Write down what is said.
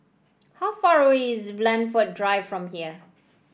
how far away is Blandford Drive from here